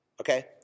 okay